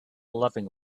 loving